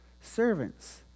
servants